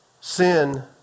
Sin